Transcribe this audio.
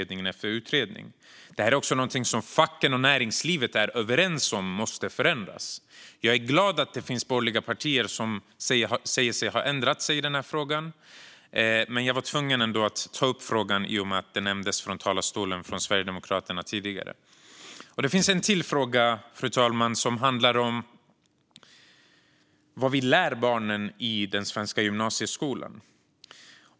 Det här är också något fack och näringsliv är överens om måste förändras. Jag är glad att det finns borgerliga partier som säger sig ha ändrat sig i denna fråga, men jag var ändå tvungen att ta upp frågan eftersom Sverigedemokraterna nämnde det i talarstolen tidigare. Fru talman! En fråga handlar om vad vi lär barnen i den svenska gymnasieskolan.